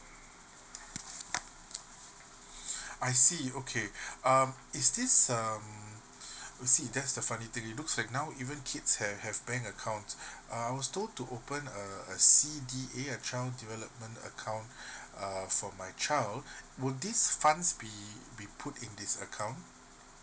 I see okay um is this um I see that's the funny thing it looks like now even kids have have bank account uh I was told to open a a C_D_A a child development account uh for my child would this funds be be put in this account